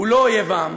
הוא לא אויב העם.